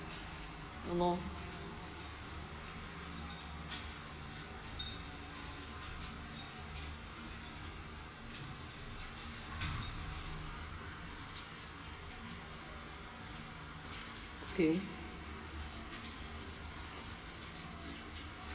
ya loh okay